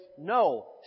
no